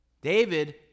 David